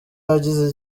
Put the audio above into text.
yagize